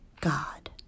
God